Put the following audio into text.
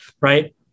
right